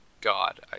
God